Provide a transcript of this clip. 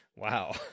Wow